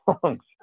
songs